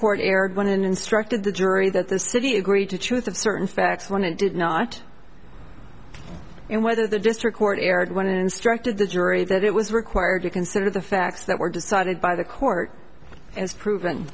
court erred when instructed the jury that the city agreed to truth of certain facts when it did not and whether the district court erred when instructed the jury that it was required to consider the facts that were decided by the court as proven